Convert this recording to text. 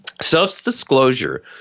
Self-disclosure